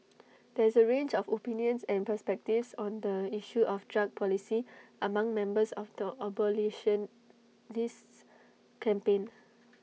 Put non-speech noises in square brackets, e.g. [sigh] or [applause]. there is A range of opinions and perspectives on the issue of drug policy among members of the abolitionists campaign [noise]